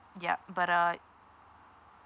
ya but uh